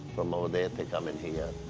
from over there they come in here,